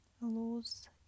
lose